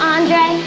Andre